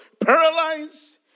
paralyzed